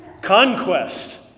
conquest